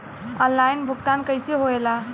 Online भुगतान कैसे होए ला?